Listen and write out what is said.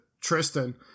Tristan